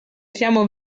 siamo